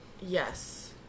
Yes